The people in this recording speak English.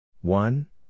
One